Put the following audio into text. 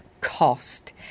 Cost